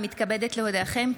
אני מתכבדת להודיעכם,